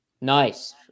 Nice